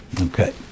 Okay